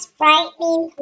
frightening